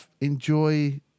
enjoy